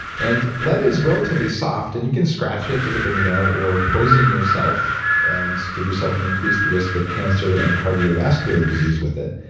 and lead is relatively soft and you scratch it with a fingernail or poison yourself, and give yourself an increased risk of cancer and cardiovascular disease with it.